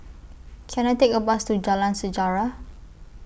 Can I Take A Bus to Jalan Sejarah